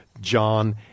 John